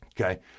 okay